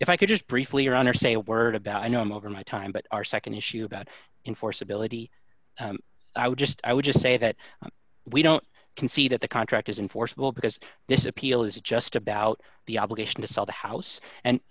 if i could just briefly around or say a word about i know i'm over my time but our nd issue about enforceability i would just i would just say that we don't concede at the contractors enforceable because this appeal is just about the obligation to sell the house and